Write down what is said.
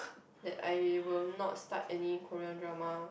that I will not start any Korean drama